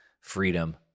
freedom